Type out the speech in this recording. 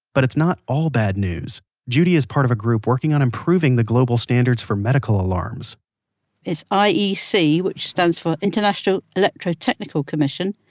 but it's not all bad news judy is part of a group working on improving the global standards for medical alarms it's i e c, which stands for international electrotechnical commission,